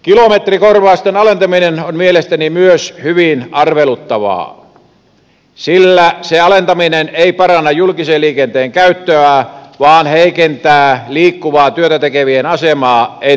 kilometrikorvausten alentaminen on mielestäni myös hyvin arveluttavaa sillä niiden alentaminen ei paranna julkisen liikenteen käyttöä vaan heikentää liikkuvaa työtä tekevien asemaa entisestään